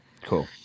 cool